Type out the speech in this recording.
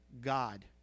God